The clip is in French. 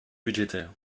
budgétaires